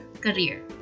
career